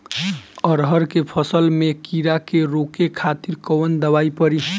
अरहर के फसल में कीड़ा के रोके खातिर कौन दवाई पड़ी?